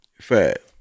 fat